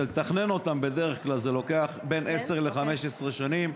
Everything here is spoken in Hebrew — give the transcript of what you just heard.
שלתכנן אותן זה לוקח בדרך כלל בין עשר ל-15 שנים,